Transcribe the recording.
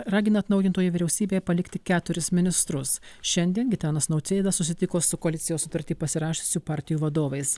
ragina atnaujintoje vyriausybėje palikti keturis ministrus šiandien gitanas nautsėda susitiko su koalicijos sutartį pasirašiusių partijų vadovais